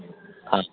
ହଁ